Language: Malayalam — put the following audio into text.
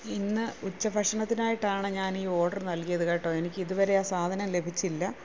ഇന്ന് ഉച്ചഭക്ഷണത്തിനായിട്ടാണ് ഞാൻ ഈ ഓഡർ നൽകിയത് കേട്ടോ എനിക്കിതുവരെ ആ സാധനം ലഭിച്ചില്ല